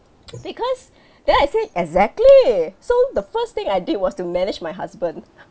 because then I say exactly so the first thing I did was to manage my husband